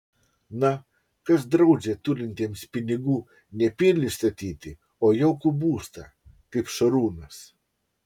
na kas draudžia turintiems pinigų ne pilį statyti o jaukų būstą kaip šarūnas